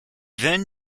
then